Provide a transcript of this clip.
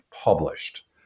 published